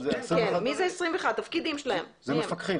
זה מפקחים.